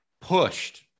pushed